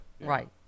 Right